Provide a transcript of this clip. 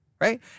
right